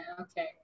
Okay